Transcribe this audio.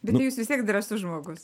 bet tai jūs vis tiek drąsus žmogus